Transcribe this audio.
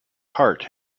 heart